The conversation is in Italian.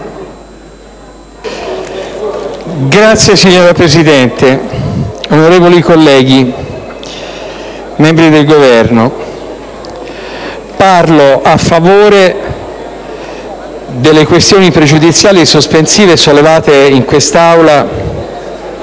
Signora Presidente, onorevoli colleghi, signori membri del Governo, parlo a favore delle questioni pregiudiziali e sospensiva sollevate in quest'Aula